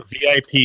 VIP